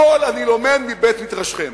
הכול אני לומד מבית-מדרשכם.